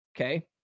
Okay